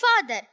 father